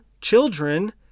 children